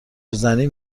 زنی